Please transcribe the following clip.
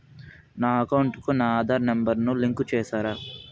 నా అకౌంట్ కు నా ఆధార్ నెంబర్ ను లింకు చేసారా